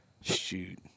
shoot